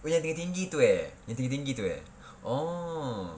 oh yang tinggi tinggi tu eh yang tinggi tinggi tu eh orh